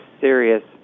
serious